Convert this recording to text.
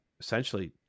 essentially